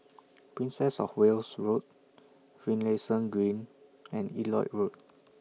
Princess of Wales Road Finlayson Green and Elliot Road